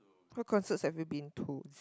what concerts have you been to